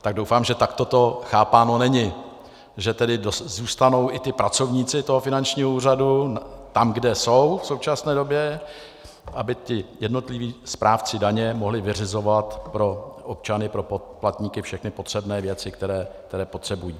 Tak doufám, že takto to chápáno není, že tedy zůstanou i pracovníci toho finančního úřadu tam, kde jsou v současné době, aby ti jednotliví správci daně mohli vyřizovat pro občany, pro poplatníky všechny potřebné věci, které potřebují.